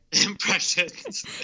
impressions